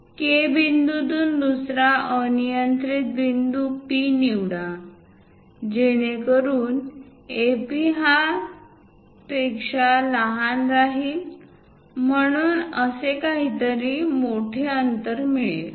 K बिंदूतून दुसरा अनियंत्रित बिंदू P निवडा जेणेकरून AP हा पेक्षा लहान राहील म्हणून असे काहीतरी मोठे अंतर मिळेल